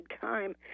time